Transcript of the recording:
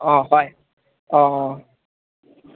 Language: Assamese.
অঁ হয় অঁ অঁ